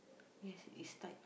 yes it's tight